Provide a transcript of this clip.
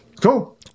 Cool